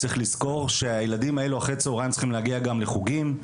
צריך לזכור שהילדים האלה אחר הצוהריים צריכים להגיע גם לחוגים,